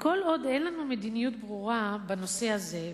כל עוד אין לנו מדיניות ברורה בנושא הזה,